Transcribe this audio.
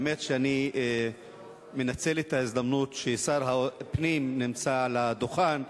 האמת היא שאני מנצל את ההזדמנות ששר הפנים נמצא על הדוכן,